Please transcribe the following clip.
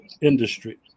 industry